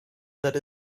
that